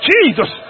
Jesus